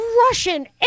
Russian